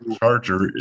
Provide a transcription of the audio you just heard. charger